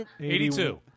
82